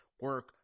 Work